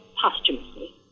posthumously